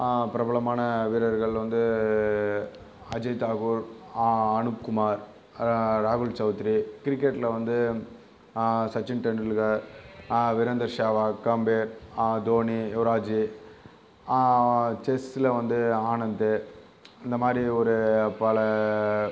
பிரபலமான வீரர்கள் வந்து அஜிய் தாக்குர் அணுப் குமார் ராகுல் சவுத்ரி கிரிக்கெட்டில் வந்து சச்சின் டெண்டுல்கர் விரேந்தர் ஷேவாக் காம்பீர் தோனி யுவராஜ் செஸ்சில் வந்து ஆனந்த் இந்தமாதிரி ஒரு பல